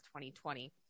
2020